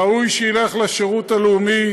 ראוי שילך לשירות הלאומי,